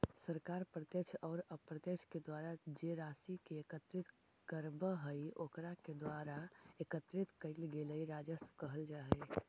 सरकार प्रत्यक्ष औउर अप्रत्यक्ष के द्वारा जे राशि के एकत्रित करवऽ हई ओकरा के द्वारा एकत्रित कइल गेलई राजस्व कहल जा हई